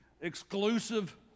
exclusive